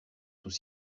sous